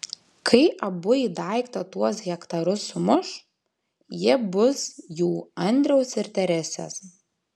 kai abu į daiktą tuos hektarus sumuš jie bus jų andriaus ir teresės